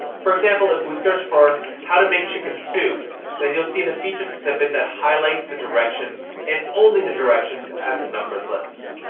for example, if we search for how to make chicken soup then you'll see the featured snippet that highlights the directions and only the directions as a numbered list.